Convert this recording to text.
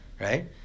right